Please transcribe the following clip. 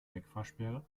wegfahrsperre